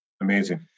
Amazing